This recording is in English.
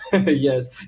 yes